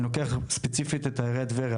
אני לוקח ספציפית את עיריית טבריה,